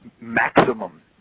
maximum